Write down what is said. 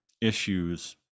issues